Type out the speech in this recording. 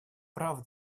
правда